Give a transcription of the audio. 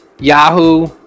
Yahoo